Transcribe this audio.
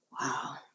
Wow